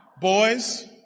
Boys